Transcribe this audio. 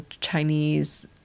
Chinese